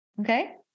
Okay